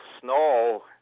snow